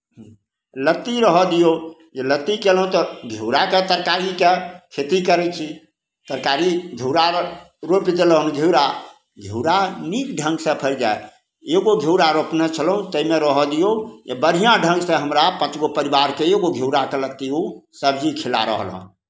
लत्ती रहय दियौ जे लत्ती कयलहुँ तऽ घिउराके तरकारीके खेती करै छी तरकारी घिउरा र् रोपि देलहुँ घिउरा घिउरा नीक ढ़ङ्गसँ फड़ि जाए एगो घिउरा रोपने छलहुँ ताहिमे रहय दियौ जे बढ़िआँ ढङ्गसँ हमरा पाँच गो परिवारके एगो घिउराके लत्ती ओ सबजी खिला रहल हँ